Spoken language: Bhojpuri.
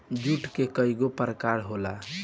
जुट के कइगो प्रकार होला